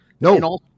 no